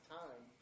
time